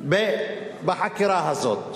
בחקירה הזאת.